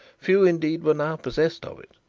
few indeed were now possessed of it,